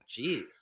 Jeez